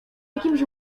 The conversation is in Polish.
jakimś